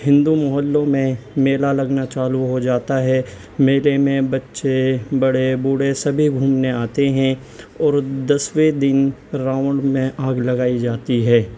ہندو محلوں میں میلہ لگنا چالو ہو جاتا ہے میلے میں بچے بڑے بوڑھے سبھی گھومنے آتے ہیں اور دسویں دن راون میں آگ لگائی جاتی ہے